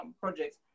projects